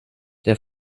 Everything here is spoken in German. der